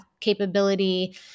capability